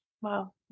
Wow